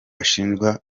ashinjwa